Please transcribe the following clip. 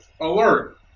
alert